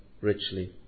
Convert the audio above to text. richly